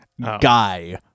guy